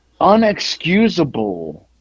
unexcusable